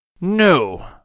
No